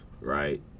right